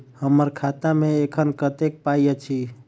हम्मर खाता मे एखन कतेक पाई अछि?